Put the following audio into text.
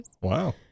Wow